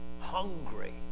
hungry